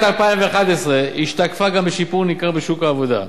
2011 השתקפה גם בשיפור ניכר בשוק העבודה.